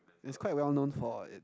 it's quite well known for it